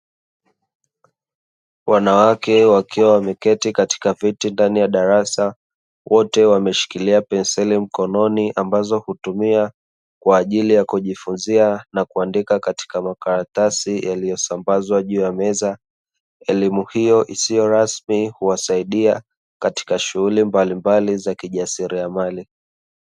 Wanawake wakiwa wameketi katika viti ndani ya darasa, wote wameshikilia penseli mkononi; ambazo hutumia kwa ajili ya kujifunzia na kuandika katika makaratasi yaliyosambazwa juu ya meza. Elimu hiyo isiyo rasmi huwasaidia katika shughuli mbalimbali za kijasiriamali.